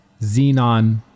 xenon